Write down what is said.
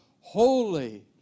holy